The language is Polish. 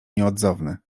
nieodzowny